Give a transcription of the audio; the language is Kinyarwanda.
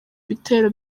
ibitero